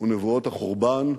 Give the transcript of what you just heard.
ונבואות החורבן,